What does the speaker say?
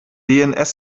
dns